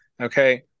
Okay